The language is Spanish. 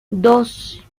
dos